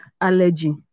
allergy